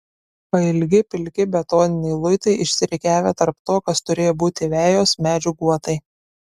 pailgi pilki betoniniai luitai išsirikiavę tarp to kas turėjo būti vejos medžių guotai